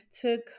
took